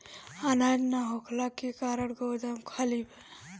अनाज ना होखला के कारण गोदाम खाली बा